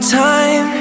time